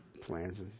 plans